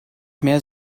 mehr